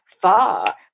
far